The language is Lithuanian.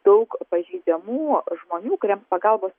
daug pažeidžiamų žmonių kuriems pagalbos